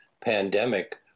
pandemic